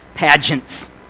pageants